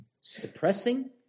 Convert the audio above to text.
suppressing